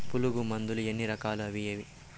పులుగు మందులు ఎన్ని రకాలు అవి ఏవి?